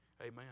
Amen